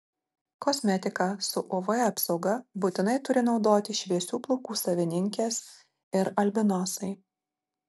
kosmetiką su uv apsauga būtinai turi naudoti šviesių plaukų savininkės ir albinosai